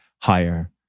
higher